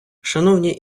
шановні